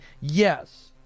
Yes